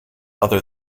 other